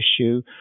issue